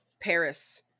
paris